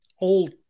old